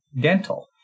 dental